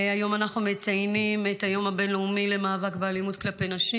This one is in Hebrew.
היום אנחנו מציינים את היום הבין-לאומי למאבק באלימות כלפי נשים.